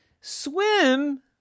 Swim